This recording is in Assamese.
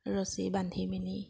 ৰছী বান্ধি মেলি